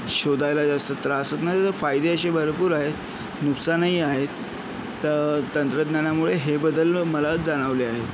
शोधायला जास्त त्रास होत नाही तर फायदे असे भरपूर आहे नुकसानही आहेत त तंत्रज्ञानामुळे हे बदल मला जाणवले आहेत